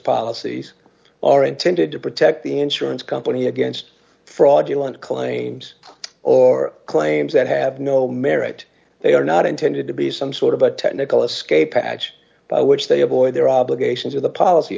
policies are intended to protect the insurance company against fraud you want claims or claims that have no merit they are not intended to be some sort of a technical escape hatch by which they avoid their obligations of the policy